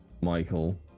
Michael